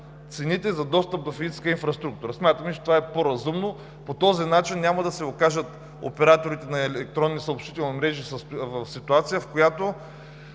цените за достъп до физическа инфраструктура“. Смятаме, че това е по-разумно. По този начин няма да се окажат операторите на електронни съобщителни мрежи в ситуация, в която